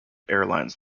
airlines